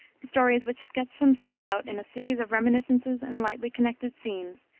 stories which sketch themselves out in a series of reminiscences and lightly connected scenes,